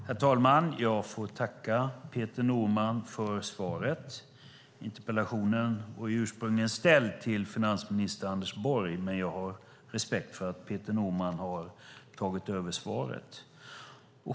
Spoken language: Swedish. Herr talman! Jag tackar Peter Norman för svaret. Interpellationen var ursprungligen ställd till finansminister Anders Borg, men jag har respekt för att Peter Norman har tagit över svaret.